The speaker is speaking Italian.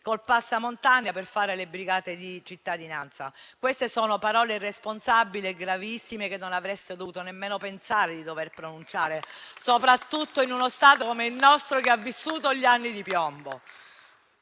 il passamontagna per fare le brigate di cittadinanza. Sono parole irresponsabili e gravissime che non avreste dovuto nemmeno pensare di dover pronunciare, soprattutto in uno Stato come il nostro che ha vissuto gli anni di piombo.